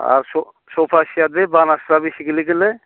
आरो सफा सियार बै बानायफ्रा बेसे गोलैगोनलै